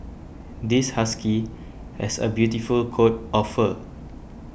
this husky has a beautiful coat of fur